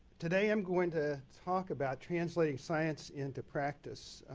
today i'm going to talk about translating science into practice.